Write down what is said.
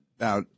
Now